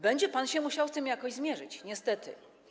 Będzie pan się musiał z tym jakoś zmierzyć niestety.